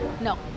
No